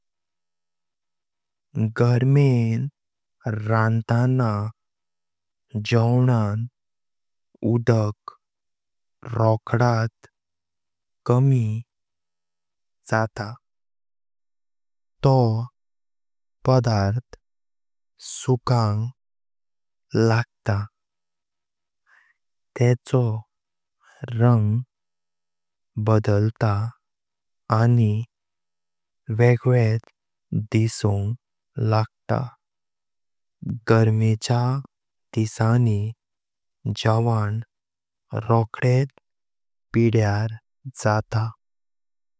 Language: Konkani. गारमेन रंतां जोवनां उदक रोकदात कमी जातां, तो पदार्थ सुकांक लागतां। तेचो रंग बदलता आनी वेगळेचन दिसूंक लागतां। गारमेच्या दिस नी जावनं रोकदात पीद्यार जातां।